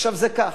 עכשיו זה ככה,